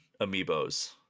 Amiibos